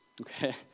okay